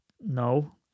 No